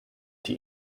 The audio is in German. die